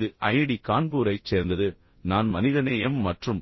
இது ஐஐடி கான்பூரைச் சேர்ந்தது நான் மனிதநேயம் மற்றும்